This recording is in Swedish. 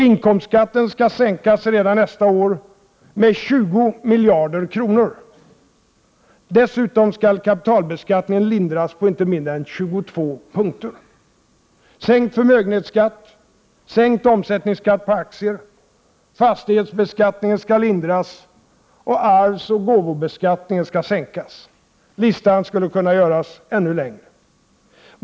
Inkomstskatten skall sänkas redan nästa år med 20 miljarder kronor. Dessutom skall kapitalbeskattningen lindras på inte mindre än 22 punkter. Förmögenhetsskatten skall sänkas, omsättningsskatten på aktier skall sänkas, fastighetsbeskattningen skall lindras och arvsoch gåvoskatten skall sänkas. Listan skulle kunna göras ännu längre.